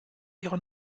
ihre